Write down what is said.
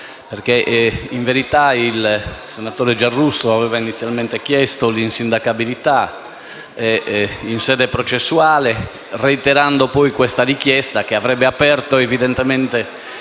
In verità, il senatore Giarrusso aveva inizialmente chiesto l'insindacabilità in sede processuale, reiterando poi questa richiesta che avrebbe aperto, evidentemente,